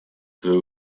свои